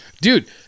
dude